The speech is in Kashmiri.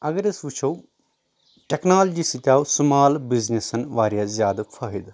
اگر أسۍ وٕچھو ٹٮ۪کنالجی سۭتۍ آو سُمال بِزنِسن واریاہ زیادٕ فٲیِدٕ